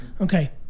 Okay